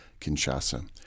Kinshasa